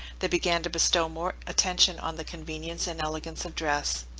they began to bestow more attention on the convenience and elegance of dress.